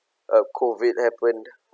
uh COVID happened